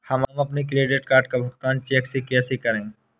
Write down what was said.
हम अपने credit card का भुगतान चेक से कैसे करें?